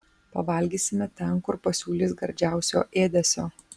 pavalgysime ten kur pasiūlys gardžiausio ėdesio